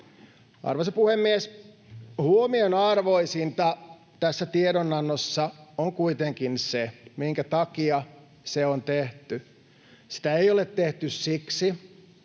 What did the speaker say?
Arvoisa puhemies! Huomionarvoisinta tässä tiedonannossa on kuitenkin se, minkä takia se on tehty. Sitä ei ole tehty siksi,